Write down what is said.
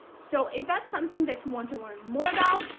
so, if that's something that you want to learn more about,